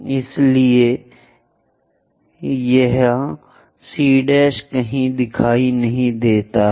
इसलिए यह यहां C कहीं दिखाई नहीं देता है